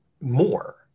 more